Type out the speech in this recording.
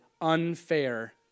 unfair